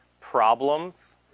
problems